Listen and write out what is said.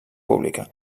pública